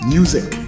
Music